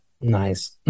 Nice